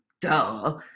Duh